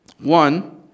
One